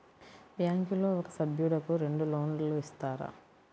బ్యాంకులో ఒక సభ్యుడకు రెండు లోన్లు ఇస్తారా?